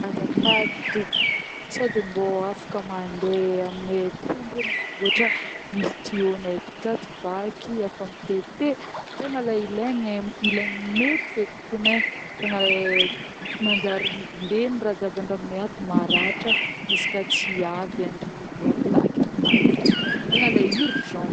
Azafady tompoko, sô de mbô afaka mandeha amineh aty andreo magnamboatra misy tuyau neh aty akato vaky efa mitete, tegna le ileneh ileny meka feky kony e, tegna le manjary lena raha jiaby andragnoneh ato, maratra izy koà tsy avy andre malakilaky amin'azy zegny, tegna le urgent.